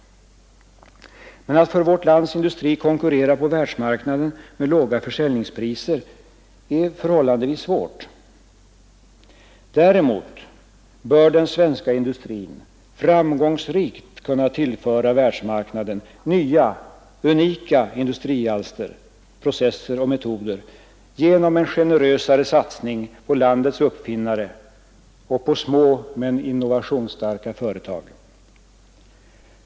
Men att för vårt lands industri konkurrera på världsmarknaden med låga försäljningspriser är förhållandevis svårt. Däremot bör den svenska industrin framgångsrikt kunna tillföra världsmarknaden nya, unika industrialster, processer och metoder genom en generösare satsning på landets uppfinnare och på små men innovationsstarka företag.